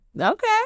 Okay